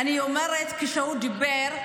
אני אומרת: כשהוא דיבר,